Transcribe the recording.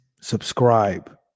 subscribe